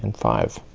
and five.